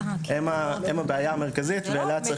הם הבעיה המרכזית ואליה צריך להתייחס.